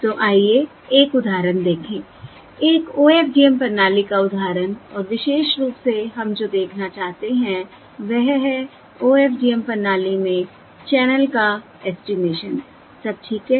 तो आइए एक उदाहरण देखें एक OFDM प्रणाली का उदाहरण और विशेष रूप से हम जो देखना चाहते हैं वह है OFDM प्रणाली में चैनल का ऐस्टीमेशन सब ठीक है